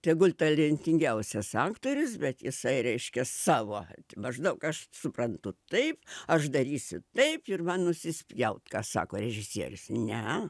tegul talentingiausias aktorius bet jisai reiškia savo maždaug aš suprantu taip aš darysiu taip ir man nusispjaut ką sako režisierius ne